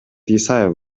исаев